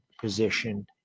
position